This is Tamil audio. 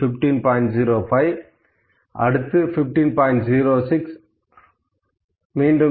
06 15